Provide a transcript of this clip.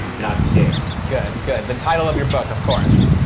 not scared. good, good. the title of your book, of course.